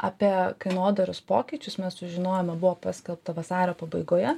apie kainodaros pokyčius mes sužinojome buvo paskelbta vasario pabaigoje